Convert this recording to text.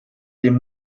dem